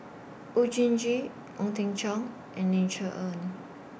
Oon Jin Gee Ong Teng Cheong and Ling Cher Eng